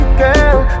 girl